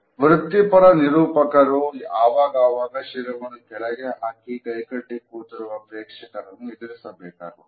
ವೃತ್ತಿಪರ ನಿರೂಪಕರು ಆವಾಗಾವಾಗ ಶಿರವನ್ನು ಕೆಳಗೆ ಹಾಕಿ ಕೈಕಟ್ಟಿ ಕೂತಿರುವ ಪ್ರೇಕ್ಷಕರನ್ನು ಎದುರಿಸಬೇಕಾಗುತ್ತದೆ